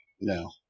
no